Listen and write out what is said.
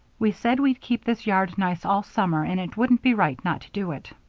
we said we'd keep this yard nice all summer, and it wouldn't be right not to do it.